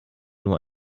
nur